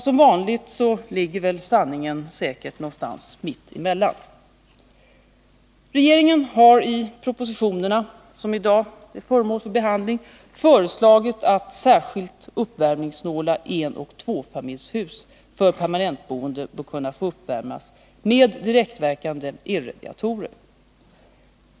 Som vanligt ligger väl sanningen säkert någonstans mitt emellan. Regeringen har i de propositioner som i dag är föremål för behandling föreslagit att särskilt uppvärmningssnåla enoch tvåfamiljshus för permanentboende bör kunna få uppvärmas med direktverkande elradiatorer.